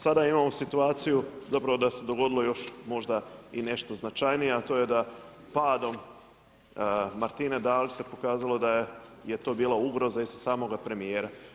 Sada imamo situaciju, dobro da se dogodilo još možda i nešto značajnije, a to je da padom Martine Dalić se pokazalo da je to bila ugroza i za samoga premjera.